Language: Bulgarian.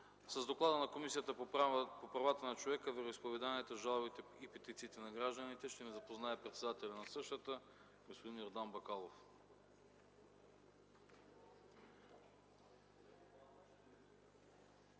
С доклада на Комисията по правата на човека, вероизповеданията, жалбите и петициите на гражданите ще ни запознае председателят на комисията господин Йордан Бакалов.